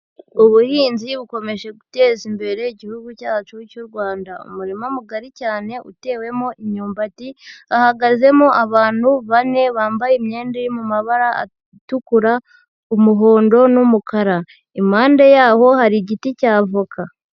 Ubuhinzi bukomeje guteza imbere Igihugu cyacu cy'u Rwanda, umurima mugari cyane utewemo imyumbati, hahagazemo abantu bane bambaye imyenda iri mu mabara atukura, umuhondo n'umukara, impande yaho hari igiti cy'avoka.